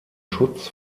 schutz